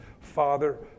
Father